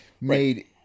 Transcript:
made